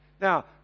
Now